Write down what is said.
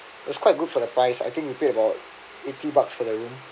that's quite good for the price I think you paid for about eighty bucks for the room